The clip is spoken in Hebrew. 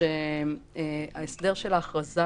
- ההסדר ההכרזה